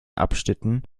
abschnitten